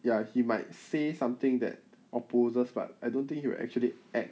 ya he might say something that opposes but I don't think you are actually act